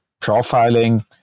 Profiling